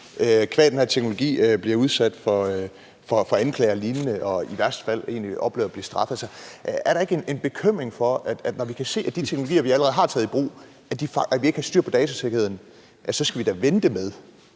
– qua den her teknologi – bliver udsat for anklager og lignende og i værste fald egentlig oplever at blive straffet. Er der ikke en bekymring for det? Når vi med de teknologier, vi allerede har taget i brug, kan se, at vi ikke har styr på datasikkerheden, så skal vi da vente med